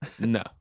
No